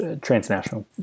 transnational